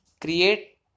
create